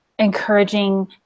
encouraging